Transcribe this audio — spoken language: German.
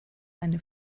eine